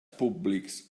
públics